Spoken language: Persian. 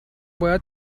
باید